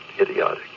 idiotic